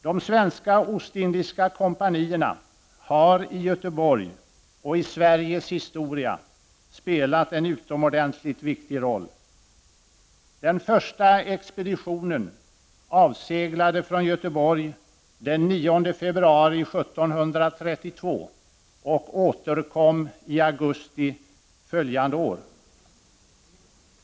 De Svenska Ostindiska Compagnierna har i Göteborg och i Sveriges historia spelat en utomordentligt viktig roll. Den första expeditionen avseglade från Göteborg den 9 februari 1732 och återkom den 27 augusti året därpå.